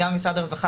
הרווחה,